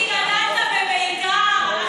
גדלת בבית"ר.